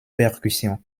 percussions